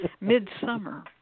midsummer